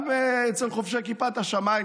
גם אצל חובשי כיפת השמיים,